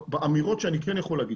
באמירות שאני כן יכול להגיד,